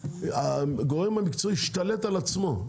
הגורם המקצועי כאילו השתלט על עצמו,